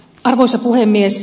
arvoisa puhemies